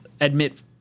admit